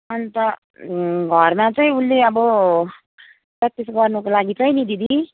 अन्त घरमा चाहिँ उसले अब प्र्याक्टिस गर्नुको लागि चाहिँ नि दिदी